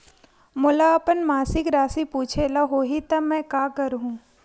मोला अपन मासिक राशि पूछे ल होही त मैं का करहु?